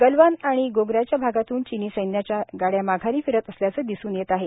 गलवान आणि गोग्राच्या भागातून चीनी सैन्याच्या गाड्या माघारी फिरत असल्याचे दिसून येतं आहे